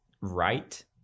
right